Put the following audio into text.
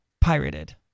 pirated